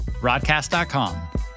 Broadcast.com